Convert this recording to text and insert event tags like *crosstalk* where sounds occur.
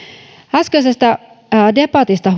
äskeisestä debatista *unintelligible*